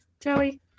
Joey